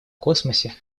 космосе